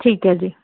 ਠੀਕ ਹੈ ਜੀ